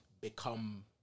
become